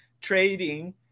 trading